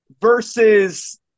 versus